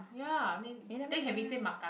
ya I mean then can we say makan